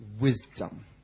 wisdom